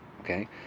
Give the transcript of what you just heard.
Okay